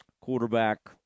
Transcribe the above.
quarterback